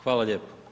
Hvala lijepo.